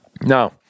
Now